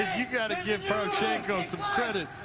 you got to give parubchenko some credit.